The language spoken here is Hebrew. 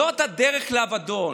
זאת הדרך לאבדון,